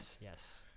Yes